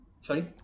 Sorry